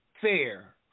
Fair